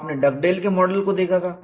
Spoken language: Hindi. आपने डगडेल के मॉडल को देखा था